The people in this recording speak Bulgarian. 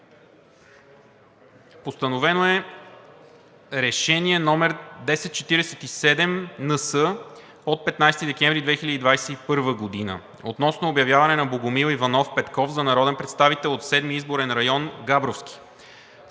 Постановено е Решение № 1047-НС от 15 декември 2021 г. относно обявяване на Богомил Иванов Петков за народен представител от Седми изборен район – Габровски.